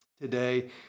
today